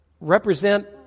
represent